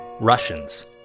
Russians